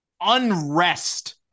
unrest